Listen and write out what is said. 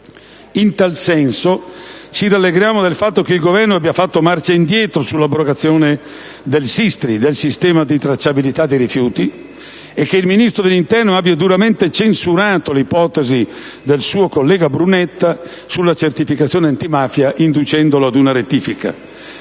In tal senso, ci rallegriamo del fatto che il Governo abbia fatto marcia indietro sull'abrogazione del SISTRI (Sistema di tracciabilità dei rifiuti) e che il Ministro dell'interno abbia duramente censurato l'ipotesi del suo collega Brunetta sulla certificazione antimafia, inducendolo ad una rettifica.